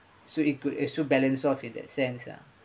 so it could also balance of in that sense lah